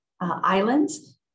islands